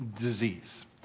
disease